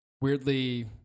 weirdly